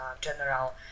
general